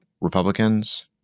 Republicans